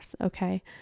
Okay